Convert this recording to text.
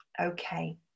Okay